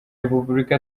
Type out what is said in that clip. repubulika